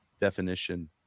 definition